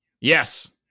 Yes